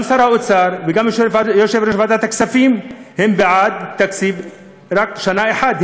גם שר האוצר וגם יושב-ראש ועדת הכספים הם בעד תקציב רק לשנה אחת,